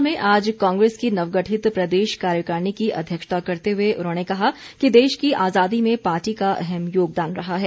शिमला में आज कांग्रेस की नवगठित प्रदेश कार्यकारिणी की अध्यक्षता करते हुए उन्होंने कहा कि देश की आजादी में पार्टी का अहम योगदान रहा है